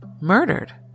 murdered